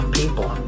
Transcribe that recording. people